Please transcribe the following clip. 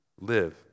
live